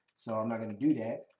so i'm not going to do that.